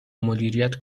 مدیریت